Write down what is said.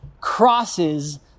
crosses